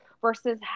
versus